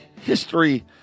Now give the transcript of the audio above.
History